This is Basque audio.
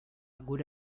gure